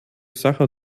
sacher